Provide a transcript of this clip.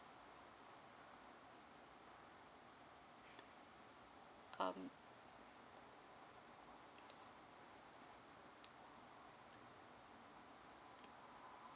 um